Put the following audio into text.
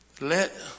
let